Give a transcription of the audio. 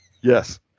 Yes